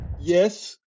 Yes